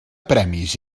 premis